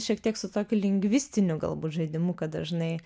šiek tiek su tokiu lingvistiniu galbūt žaidimu kad dažnai